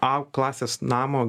a klasės namo